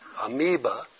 Amoeba